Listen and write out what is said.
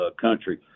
country